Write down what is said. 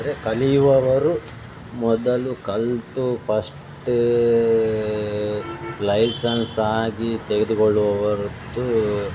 ಅಂದರೆ ಕಲಿಯುವವರು ಮೊದಲು ಕಲಿತು ಫಸ್ಟ್ ಲೈಸನ್ಸ್ ಆಗಿ ತೆಗೆದುಕೊಳ್ಳುವವರದ್ದು